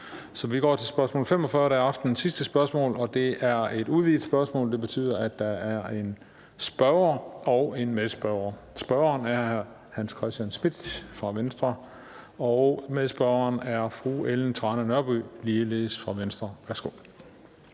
Så vi går til spørgsmål 45 (S 981), der er aftenens sidste spørgsmål. Det er et udvidet spørgsmål, og det betyder, at der er en spørger og en medspørger. Spørgeren er hr. Hans Christian Schmidt fra Venstre, og medspørgeren er fru Ellen Trane Nørby, ligeledes fra Venstre. Kl.